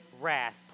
wrath